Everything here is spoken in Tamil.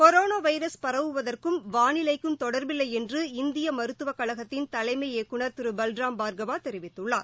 கொரோனாவைரஸ் பரவுவதற்கும் வானிலைக்கும் தொடர்பில்லைஎன்று இந்தியமருத்துவக் கழகத்தின் தலைமை இயக்குநர் திருபல்ராம் பார்கவாதெரிவித்துள்ளார்